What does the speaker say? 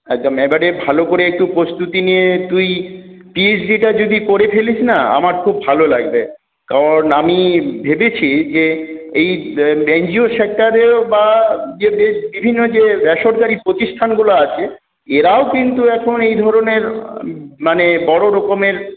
একদম এবারে ভালো করে একটু প্রস্তুতি নিয়ে তুই পি এইচ ডিটা যদি করে ফেলিস না আমার খুব ভালো লাগবে কারণ আমি ভেবেছি যে এই এন জি ও সেক্টরেও বা যে বেশ বিভিন্ন যে বেসরকারি প্রতিষ্ঠানগুলো আছে এরাও কিন্তু এখন এই ধরনের মানে বড় রকমের